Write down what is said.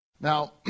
Now